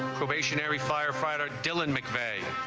stationary firefighter dylan mcveigh